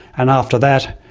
and after that,